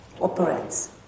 operates